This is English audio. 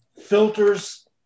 filters